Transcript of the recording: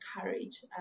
courage